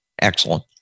excellent